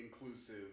inclusive